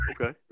Okay